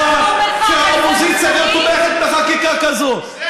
שהאופוזיציה גם תומכת בחקיקה כזאת,